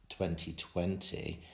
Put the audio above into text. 2020